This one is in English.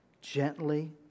gently